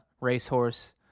racehorse